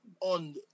on